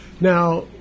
Now